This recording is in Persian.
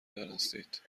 دانستید